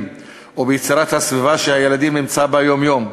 וביצירת הסביבה שהילדים נמצאים בה ביום-יום,